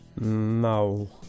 No